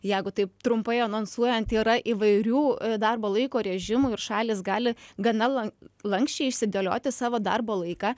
jeigu taip trumpai anonsuojant yra įvairių darbo laiko režimų ir šalys gali gana lan lanksčiai išsidėlioti savo darbo laiką